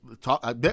talk